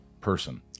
person